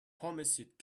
homicide